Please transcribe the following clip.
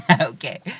Okay